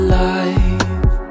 life